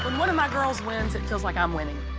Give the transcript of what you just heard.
um one of my girls wins, it feels like i'm winning.